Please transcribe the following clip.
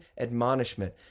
admonishment